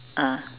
ah